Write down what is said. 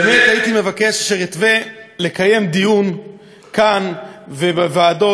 באמת הייתי מבקש לקיים דיון כאן ובוועדות,